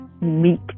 Meet